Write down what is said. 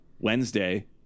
wednesday